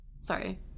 sorry